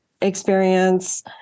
experience